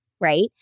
right